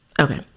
Okay